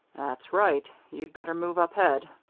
that's right. you'd better move up head.